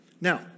Now